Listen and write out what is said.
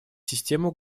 систему